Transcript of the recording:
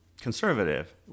conservative